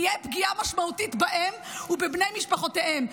תהיה פגיעה משמעותית בהם ובבני משפחותיהם.